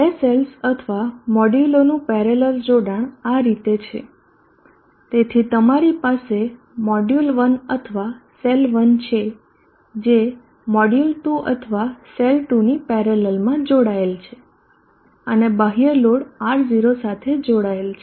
બે સેલ્સ અથવા મોડ્યુલોનું પેરેલલ જોડાણ આ રીતે છે તેથી તમારી પાસે મોડ્યુલ 1 અથવા સેલ 1 છે જે મોડ્યુલ 2 અથવા સેલ 2 ની પેરેલલમાં જોડાયેલ છે અને બાહ્ય લોડ R 0 સાથે જોડાયેલ છે